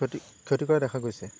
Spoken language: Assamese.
ক্ষতি ক্ষতি কৰা দেখা গৈছে